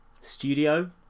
Studio